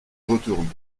retourne